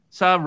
sa